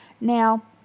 Now